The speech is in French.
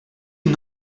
une